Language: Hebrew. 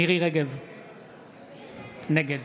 נגד